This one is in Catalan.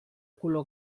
color